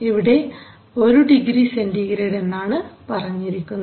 ഇവിടെ 1 degree centigrade എന്നാണ് പറഞ്ഞിരിക്കുന്നത്